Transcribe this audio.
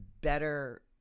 better